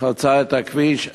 חצה את הכביש.